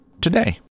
Today